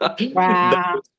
Wow